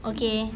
okay